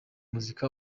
muziki